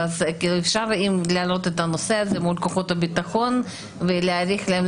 אם אפשר להעלות את הנושא הזה מול כוחות הביטחון ולהאריך להם,